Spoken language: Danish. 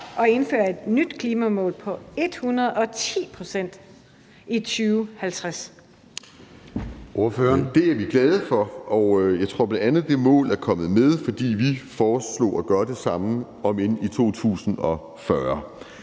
Ordføreren. Kl. 17:42 Martin Lidegaard (RV): Det er vi glade for, og jeg tror bl.a., at det mål er kommet med, fordi vi foreslog at gøre det samme om end i 2040.